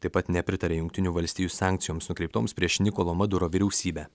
taip pat nepritaria jungtinių valstijų sankcijoms nukreiptoms prieš nikolo maduro vyriausybę